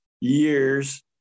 years